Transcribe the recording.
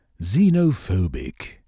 xenophobic